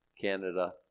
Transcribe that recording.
Canada